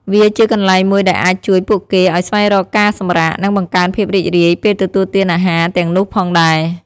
វាជាកន្លែងមួយដែលអាចជួយពួកគេឲ្យស្វែងរកការសម្រាក និងបង្កើនភាពរីករាយពេលទទួលទានអាហារទាំងនោះផងដែរ។